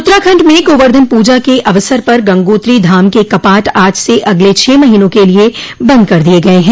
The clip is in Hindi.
उत्तराखंड में गोवर्धन पूजा के अवसर पर गंगोत्री धाम के कपाट आज से अगले छह महीनों के लिए बंद कर दिये गए हैं